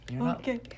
Okay